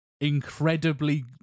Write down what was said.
incredibly